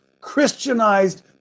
Christianized